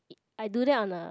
I do that on a